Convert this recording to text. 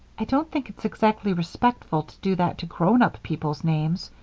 i don't think it's exactly respectful to do that to grown-up people's names,